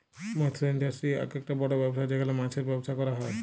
মৎস ইন্ডাস্ট্রি আককটা বড় ব্যবসা যেখালে মাছের ব্যবসা ক্যরা হ্যয়